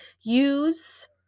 Use